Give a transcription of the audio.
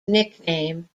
nickname